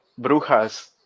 Brujas